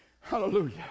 Hallelujah